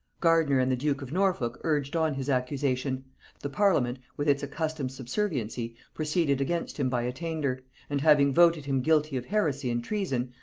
gardiner and the duke of norfolk urged on his accusation the parliament, with its accustomed subserviency, proceeded against him by attainder and having voted him guilty of heresy and treason,